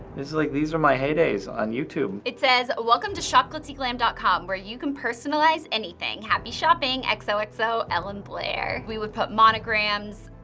it's like these are my heydays on youtube. it says, welcome to shopglitzyglam dot com where you can personalize anything. happy shopping! xoxo, so elle and blair. we would put monograms,